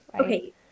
Okay